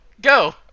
Go